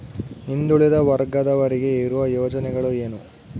ಹಿಂದುಳಿದ ವರ್ಗದವರಿಗೆ ಇರುವ ಯೋಜನೆಗಳು ಏನು?